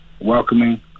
welcoming